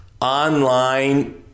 online